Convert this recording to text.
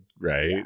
right